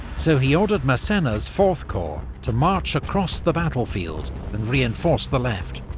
so he ordered massena's fourth corps to march across the battlefield and reinforce the left.